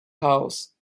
house